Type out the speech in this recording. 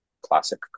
classic